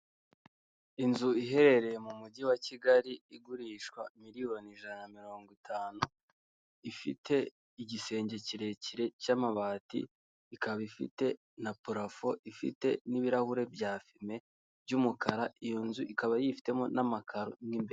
Inzu iherereye mu mujyi wa Kigali igurishwa miliyoni ijana na mirongo itanu, ifite igisenge kirekire cy'amabati, ikaba ifite na purafo, ifite n'ibirahure bya fime by'umukara, iyo nzu ikaba yifitemo n'amakaro n'imbere.